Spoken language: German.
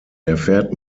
erfährt